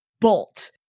bolt